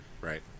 Right